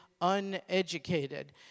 uneducated